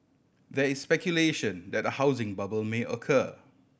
there is speculation that a housing bubble may occur